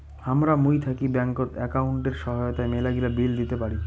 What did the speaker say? হামরা মুই থাকি ব্যাঙ্কত একাউন্টের সহায়তায় মেলাগিলা বিল দিতে পারি